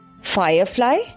Firefly